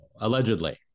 allegedly